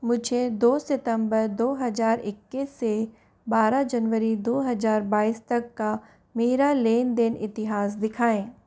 मुझे दो सितम्बर दो हजार इक्कीस से बारह जनवरी दो हजार बाईस तक का मेरा लेन देन इतिहास दिखाएँ